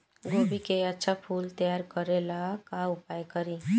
गोभी के अच्छा फूल तैयार करे ला का उपाय करी?